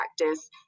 practice